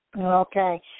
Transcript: Okay